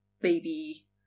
baby